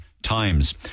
times